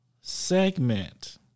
segment